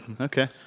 Okay